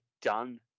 done